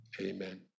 Amen